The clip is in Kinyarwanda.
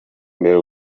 imbere